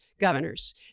Governors